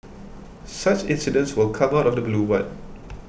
such incidents will come out of the blue one